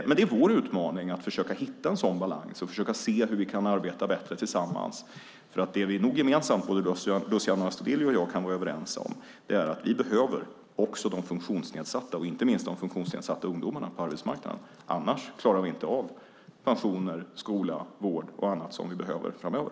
Men det är vår utmaning att försöka hitta en sådan balans och försöka se hur vi kan arbeta bättre tillsammans. För det vi nog gemensamt, både Luciano Astudillo och jag, kan vara överens om är att vi behöver också de funktionsnedsatta, inte minst de funktionsnedsatta ungdomarna, på arbetsmarknaden. Annars klarar vi inte av pensioner, skola, vård och annat som vi behöver framöver.